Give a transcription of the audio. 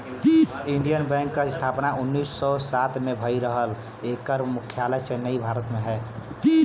Indian Bank क स्थापना उन्नीस सौ सात में भयल रहल एकर मुख्यालय चेन्नई, भारत में हौ